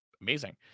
amazing